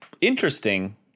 interesting